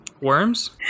worms